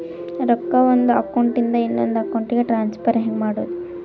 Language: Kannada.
ರೊಕ್ಕ ಒಂದು ಅಕೌಂಟ್ ಇಂದ ಇನ್ನೊಂದು ಅಕೌಂಟಿಗೆ ಟ್ರಾನ್ಸ್ಫರ್ ಹೆಂಗ್ ಮಾಡೋದು?